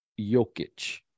Jokic